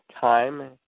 time